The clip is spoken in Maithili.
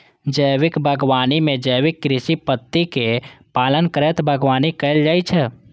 जैविक बागवानी मे जैविक कृषि पद्धतिक पालन करैत बागवानी कैल जाइ छै